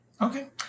Okay